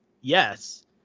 Yes